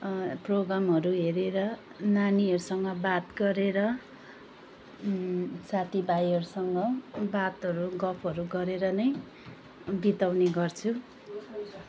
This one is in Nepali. प्रोग्रामहरू हेरेर नानीहरूसँग बात गरेर साथी भाइहरूसँग बातहरू गफहरू गरेर नै बिताउने गर्छु